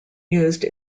used